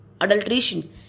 adulteration